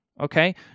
Okay